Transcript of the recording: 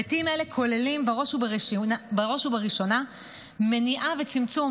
היבטים אלה כוללים בראש ובראשונה היבט מניעה וצמצום